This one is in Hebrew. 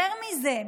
יותר מזה,